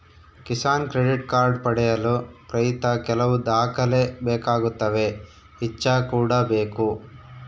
Kisan credit card ಪಡೆಯಲು ರೈತ ಕೆಲವು ದಾಖಲೆ ಬೇಕಾಗುತ್ತವೆ ಇಚ್ಚಾ ಕೂಡ ಬೇಕು